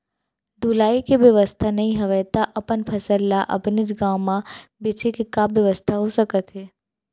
ढुलाई के बेवस्था नई हवय ता अपन फसल ला अपनेच गांव मा बेचे के का बेवस्था हो सकत हे?